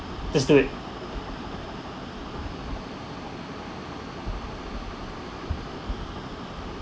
just do it